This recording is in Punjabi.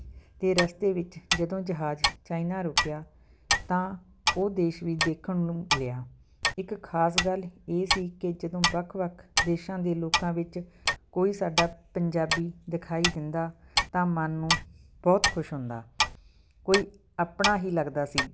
ਅਤੇ ਰਸਤੇ ਵਿੱਚ ਜਦੋਂ ਜਹਾਜ਼ ਚਾਈਨਾ ਰੁਕਿਆ ਤਾਂ ਉਹ ਦੇਸ਼ ਵੀ ਦੇਖਣ ਨੂੰ ਮਿਲਿਆ ਇੱਕ ਖਾਸ ਗੱਲ ਇਹ ਸੀ ਕਿ ਜਦੋਂ ਵੱਖ ਵੱਖ ਦੇਸ਼ਾਂ ਦੇ ਲੋਕਾਂ ਵਿੱਚ ਕੋਈ ਸਾਡਾ ਪੰਜਾਬੀ ਦਿਖਾਈ ਦਿੰਦਾ ਤਾਂ ਮਨ ਨੂੰ ਬਹੁਤ ਖੁਸ਼ ਹੁੰਦਾ ਕੋਈ ਆਪਣਾ ਹੀ ਲੱਗਦਾ ਸੀ